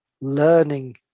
learning